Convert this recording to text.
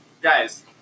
Guys